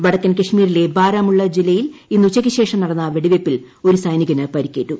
വടക്കൻ കശ്മീരിലെ ബാരാമുള്ള ജില്ലയിൽ ഇന്ന് ഉച്ചയ്ക്ക് ശേഷം നടന്ന വെടിവെയ്പ്പിൽ ഒരു സൈനികന് പരിക്കേറ്റു